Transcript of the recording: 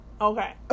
Okay